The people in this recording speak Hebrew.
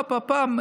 פה-פה-פם,